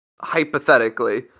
hypothetically